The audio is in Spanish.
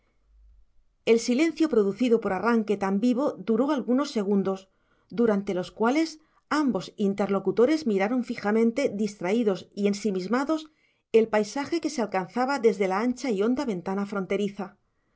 el silencio producido por arranque tan vivo duró algunos segundos durante los cuales ambos interlocutores miraron fijamente distraídos y ensimismados el paisaje que se alcanzaba desde la ancha y honda ventana fronteriza